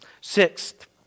Sixth